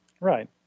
Right